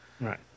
Right